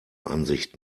ansicht